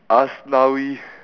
aslawi